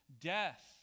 death